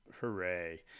hooray